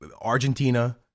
Argentina